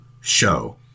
show